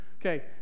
okay